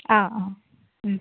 അ ആ